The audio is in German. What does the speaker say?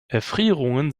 erfrierungen